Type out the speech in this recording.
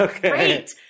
great